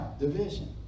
Division